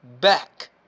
back